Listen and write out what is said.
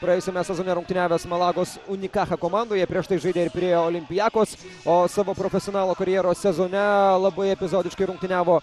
praėjusiame sezone rungtyniavęs malagos unica komandoje prieš tai žaidė ir pirėjo olympiakos o savo profesionalo karjeros sezone labai epizodiškai rungtyniavo